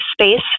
space